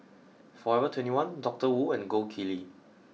forever twenty one Doctor Wu and Gold Kili